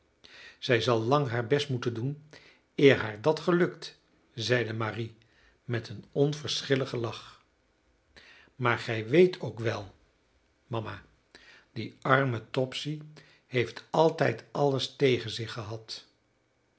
zij zal lang haar best moeten doen eer haar dat gelukt zeide marie met een onverschilligen lach maar gij weet ook wel mama die arme topsy heeft altijd alles tegen zich gehad